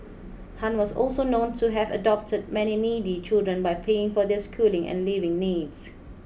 Han was also known to have adopted many needy children by paying for their schooling and living needs